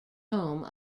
home